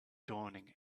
dawning